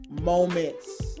moments